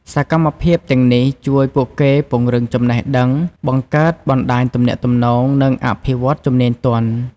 សកម្មភាពទាំងនេះជួយពួកគេពង្រឹងចំណេះដឹង បង្កើតបណ្ដាញទំនាក់ទំនង និងអភិវឌ្ឍជំនាញទន់។